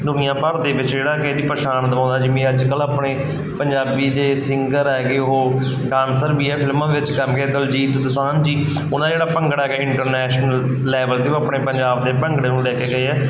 ਦੁਨੀਆ ਭਰ ਦੇ ਵਿੱਚ ਜਿਹੜਾ ਕਿ ਇਹਦੀ ਪਛਾਣ ਦਵਾਉਂਦਾ ਜਿਵੇਂ ਅੱਜ ਕੱਲ੍ਹ ਆਪਣੇ ਪੰਜਾਬੀ ਦੇ ਸਿੰਗਰ ਹੈਗੇ ਉਹ ਡਾਂਸਰ ਵੀ ਹੈ ਫਿਲਮਾਂ ਵਿੱਚ ਕੇ ਦਲਜੀਤ ਦੋਸਾਂਝ ਜੀ ਉਹਨਾਂ ਦਾ ਜਿਹੜਾ ਭੰਗੜਾ ਹੈਗਾ ਇੰਟਰਨੈਸ਼ਨਲ ਲੈਵਲ 'ਤੇ ਉਹ ਆਪਣੇ ਪੰਜਾਬ ਦੇ ਭੰਗੜੇ ਨੂੰ ਲੈ ਕੇ ਗਏ ਹੈ